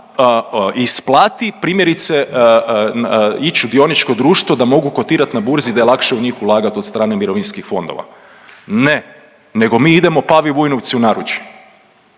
isplati primjerice ići u dioničko društvo, da mogu kotirati na burzi, da je lakše u njih ulagati od strane mirovinskih fondova. Ne, nego mi idemo Pavi Vujnovcu u naručje.